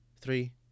three